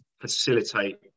facilitate